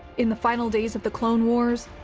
in the final days of the clone wars,